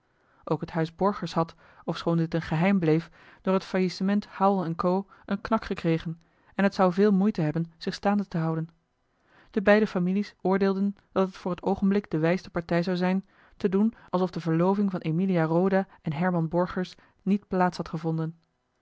ook het huis borgers had ofschoon dit een geheim bleef door het faillissement howell en co een knak gekregen en het zou veel moeite hebben zich staande te houden de beide families oordeelden dat het voor het oogenblik de wijste partij zou zijn te doen alsof de verloving van emilia roda en herman borgers niet plaats had gevonden